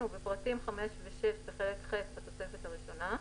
ובפרטים 5 ו-6 בחלק ח' בתוספת הראשונה,